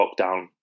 lockdown